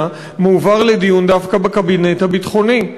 מועבר לדיון דווקא בקבינט הביטחוני.